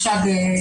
אבישג,